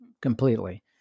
completely